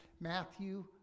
Matthew